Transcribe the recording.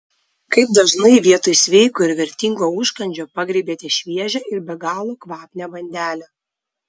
kaip dažnai vietoj sveiko ir vertingo užkandžio pagriebiate šviežią ir be galo kvapnią bandelę